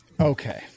Okay